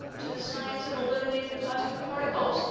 to the science of eliminating plastic particles.